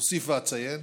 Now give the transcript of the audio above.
אוסיף ואציין